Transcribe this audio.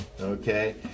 okay